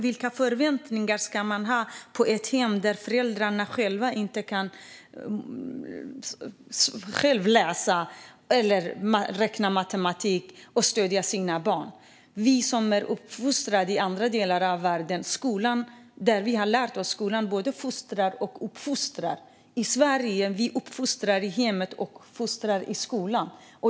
Vilka förväntningar ska man ha på ett hem där föräldrarna själva inte kan läsa eller räkna matematik när det gäller att stödja sina barn? Vi som är uppfostrade i andra delar av världen har lärt oss att skolan både fostrar och uppfostrar. I Sverige uppfostrar vi i hemmet och fostrar i skolan.